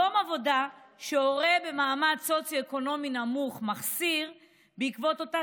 יום עבודה שהורה במעמד סוציו-אקונומי נמוך מחסיר בעקבות אותה